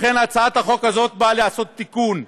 לכן, הצעת החוק הזאת נועדה לעשות תיקון.